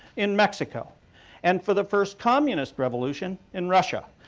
in mexico and for the first communist revolution in russia.